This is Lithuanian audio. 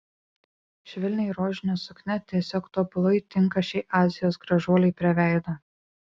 švelniai rožinė suknia tiesiog tobulai tinka šiai azijos gražuolei prie veido